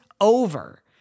over